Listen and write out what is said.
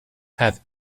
have